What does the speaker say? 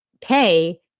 pay